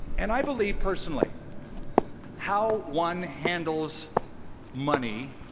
and i believe personally how one handles money